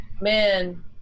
Man